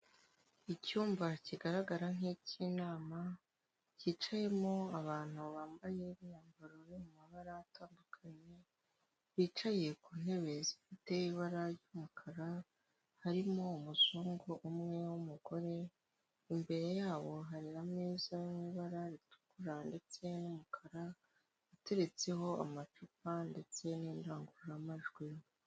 Icyumba kigaragara nk'icy'inama cyicayemo abantu bambaye imyambaro yo mu mabara atandukanye, bicaye ku ntebe zifite ibara ry'umukara, harimo umuzungu umwe w'umugore. Imbere yabo harirera ameza y'ibara ritukura, ndetse n'umukara, uteretseho amacupa ndetse n'indangururamajwi.